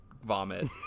vomit